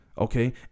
okay